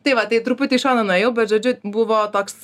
tai va tai truputį į šoną nuėjau bet žodžiu buvo toks